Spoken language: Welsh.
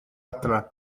adre